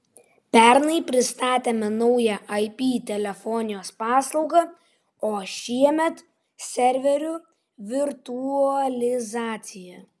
pernai pristatėme naują ip telefonijos paslaugą o šiemet serverių virtualizaciją